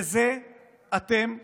בזה אתם עוסקים.